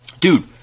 Dude